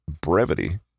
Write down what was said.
brevity